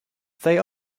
they